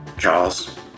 Charles